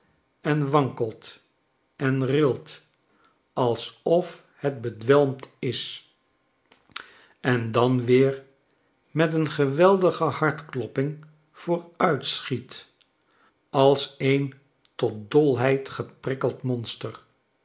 en wankelt en rilt alsof het bedwelmd is en dan weer met een geweldige hartkloppingvooruitschiet als een tot dolheid geprikkeld monster